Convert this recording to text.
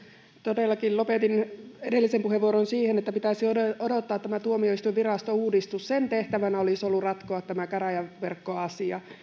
todellakin lopetin edellisen puheenvuoroni siihen että pitäisi odottaa tämä tuomioistuinvirastouudistus sen tehtävänä olisi ollut ratkoa tämä käräjäverkkoasia